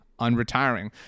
unretiring